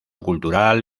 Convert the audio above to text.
cultural